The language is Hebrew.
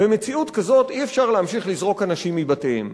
במציאות כזאת אי-אפשר להמשיך לזרוק אנשים מבתיהם.